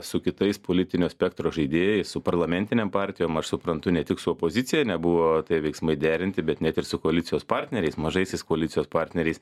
su kitais politinio spektro žaidėjais su parlamentinėm partijom aš suprantu ne tik su opozicija nebuvo tie veiksmai derinti bet net ir su koalicijos partneriais mažaisiais koalicijos partneriais